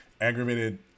Aggravated